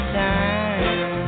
time